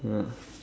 yeah